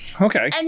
okay